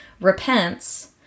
repents